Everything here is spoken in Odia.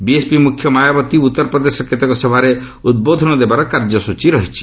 ବିଏସ୍ପି ମୁଖ୍ୟ ମାୟାବତୀ ଉତ୍ତରପ୍ରଦେଶର କେତେକ ସଭାରେ ଉଦ୍ବୋଧନ ଦେବାର କାର୍ଯ୍ୟସ୍ଟୀ ରହିଛି